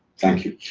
thank you.